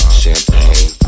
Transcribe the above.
champagne